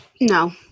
no